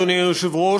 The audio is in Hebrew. אדוני היושב-ראש,